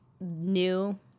new